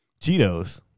Cheetos